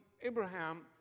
Abraham